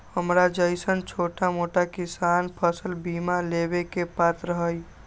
हमरा जैईसन छोटा मोटा किसान फसल बीमा लेबे के पात्र हई?